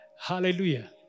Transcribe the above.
Hallelujah